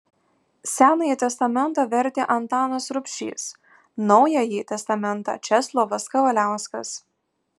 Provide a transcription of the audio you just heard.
senąjį testamentą vertė antanas rubšys naująjį testamentą česlovas kavaliauskas